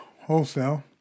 wholesale